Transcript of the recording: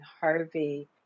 Harvey